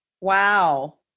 Wow